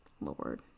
Lord